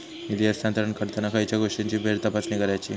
निधी हस्तांतरण करताना खयच्या गोष्टींची फेरतपासणी करायची?